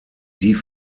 die